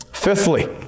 Fifthly